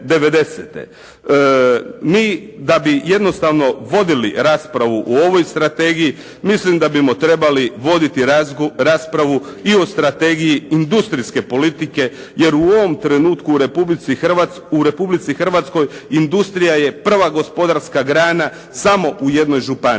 Mi da bi jednostavno vodili raspravu o ovoj strategiji mislim da bismo trebali voditi raspravu i o strategiji industrijske politike jer u ovom trenutku u Republici Hrvatskoj industrija je prva gospodarska grana samo u jednoj županiji